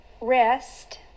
rest